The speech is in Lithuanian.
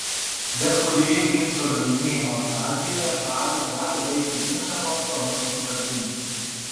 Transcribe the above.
bet kurioje ginčo nagrinėjimo stadijoje šalys gali baigti ginčą kompromiso sutartimi